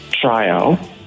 trial